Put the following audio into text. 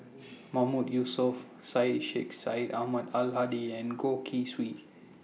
Mahmood Yusof Syed Sheikh Syed Ahmad Al Hadi and Goh Keng Swee